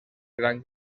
gran